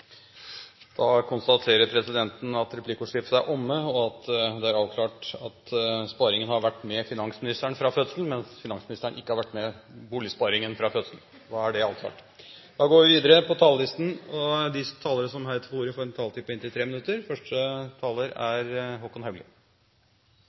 Da konstaterer presidenten at replikkordskiftet er omme, og at det er avklart at sparingen har vært med finansministeren fra fødselen av, mens finansministeren ikke har vært med boligsparingen fra fødselen av. De talere som heretter får ordet, har en taletid på inntil 3 minutter.